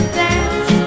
dance